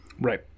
Right